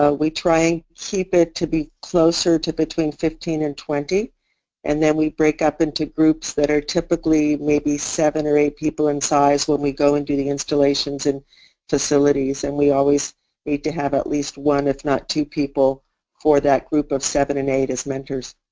ah we try and keep it to be closer to between fifteen and twenty and then we break up into groups that are typically maybe seven or eight people in size when we go and do the installations in facilities. and we always need to have at least one if not two people for that group of seven and eight as mentors.